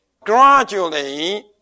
Gradually